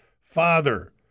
father